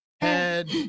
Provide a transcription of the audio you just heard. Head